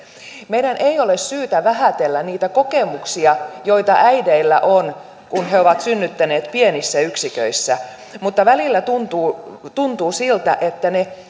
meidän ei ole syytä vähätellä niitä kokemuksia joita äideillä on kun he ovat synnyttäneet pienissä yksiköissä mutta välillä tuntuu siltä että ne